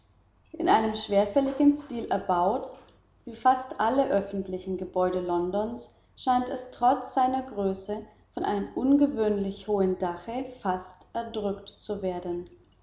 in einem schwerfälligen stil erbaut wie fast alle öffentlichen gebäude londons scheint es trotz seiner größe von einem ungewöhnlich hohen dache fast erdrückt zu werden